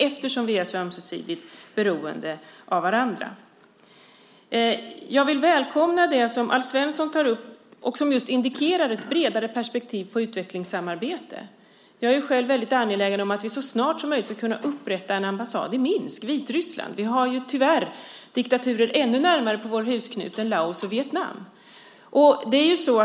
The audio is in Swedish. Vi är ju så ömsesidigt beroende av varandra. Jag välkomnar det som Alf Svensson tar upp och som just indikerar ett bredare perspektiv på utvecklingssamarbete. Jag är själv angelägen om att vi så snart som möjligt ska kunna upprätta en ambassad i Minsk i Vitryssland. Vi har ju tyvärr diktaturer ännu närmare inpå vår husknut än Laos och Vietnam.